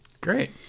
great